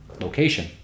location